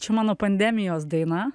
čia mano pandemijos daina